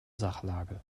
sachlage